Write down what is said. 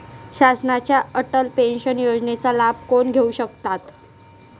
शासनाच्या अटल पेन्शन योजनेचा लाभ कोण घेऊ शकतात?